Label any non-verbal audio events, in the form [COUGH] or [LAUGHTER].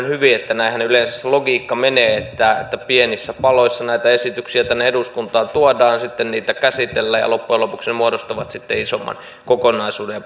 [UNINTELLIGIBLE] hyvin että näinhän yleensä se logiikka menee että pienissä paloissa näitä esityksiä tänne eduskuntaan tuodaan sitten niitä käsitellään ja loppujen lopuksi ne muodostavat sitten isomman kokonaisuuden [UNINTELLIGIBLE]